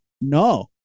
no